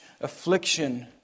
affliction